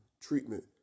treatment